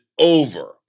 over